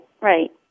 right